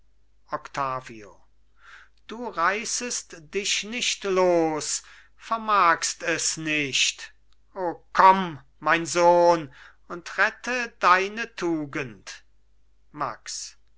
octavio du reißest dich nicht los vermagst es nicht o komm mein sohn und rette deine tugend max